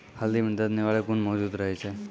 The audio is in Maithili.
हल्दी म दर्द निवारक गुण मौजूद रहै छै